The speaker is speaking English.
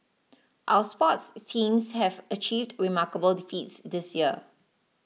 our sports since have achieved remarkable defeats this year